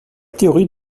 théorie